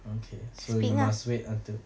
okay so you must wait until